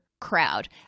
crowd